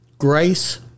Grace